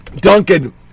Duncan